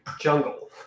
jungle